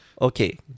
Okay